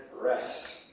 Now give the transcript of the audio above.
rest